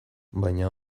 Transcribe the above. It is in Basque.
baina